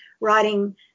writing